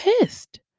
pissed